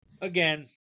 again